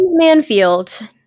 Manfield